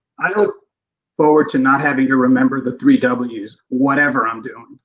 i look forward to not having to remember the three w's. whatever i am doing.